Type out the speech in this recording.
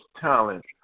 talent